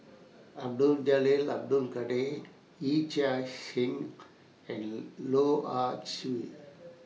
Abdul Jalil Abdul Kadir Yee Chia Hsing and Loh Ah Chee